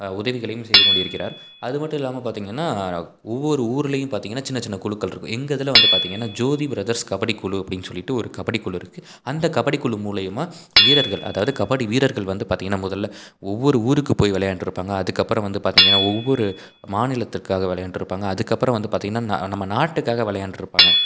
உதவிகளையும் செய்து கொண்டு இருக்கிறார் அது மட்டும் இல்லாமல் பார்த்திங்கனா ஒவ்வொரு ஊர்லையும் பார்த்திங்கனா சின்ன சின்ன குழுக்கள் இருக்கும் எங்கள் இதில் வந்து பார்த்திங்கனா ஜோதி ப்ரதர்ஸ் கபடி குழு அப்டின்னு சொல்லிட்டு ஒரு கபடி குழு இருக்கு அந்த கபடி குழு மூலிமா வீரர்கள் அதாவது கபடி வீரர்கள் வந்து பார்த்திங்கனா முதல்ல ஒவ்வொரு ஊருக்கு போய் விளையாண்ட்ருப்பாங்க அதுக்கப்புறம் வந்து பார்த்திங்கனா ஒவ்வொரு மாநிலத்திற்காக விளையாண்ட்ருப்பாங்க அதுக்கப்புறம் வந்து பார்த்திங்கனா ந நம்ம நாட்டுக்காக விளையாண்ட்ருப்பாங்க